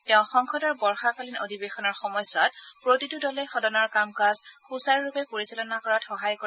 তেওঁ কয় যে সংসদৰ বৰ্ষাকালীন অধিৱেশনৰ সময়ছোৱাত প্ৰতিটো দলেই সদনৰ কামকাজ সূচাৰুৰূপে পৰিচালনা কৰাত সহায় কৰে